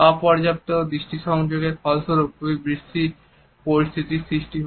অপর্যাপ্ত দৃষ্টি সংযোগের ফলস্বরূপ খুব বিশ্রী পরিস্থিতি সৃষ্টি হয়